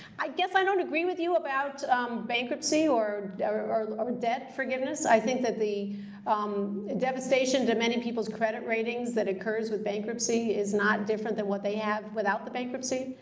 i guess i don't agree with you about bankruptcy or or debt forgiveness. i think that the um devastation to many people's credit ratings that occurs with bankruptcy is not different than what they have without the bankruptcy,